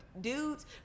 dudes